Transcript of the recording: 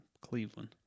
Cleveland